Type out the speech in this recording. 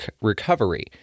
recovery